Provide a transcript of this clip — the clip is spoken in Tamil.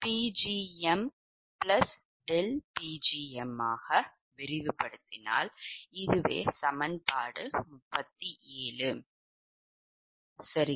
Pgm0∆Pgmஇது சமன்பாடு 37 சரி